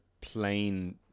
plain